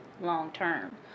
long-term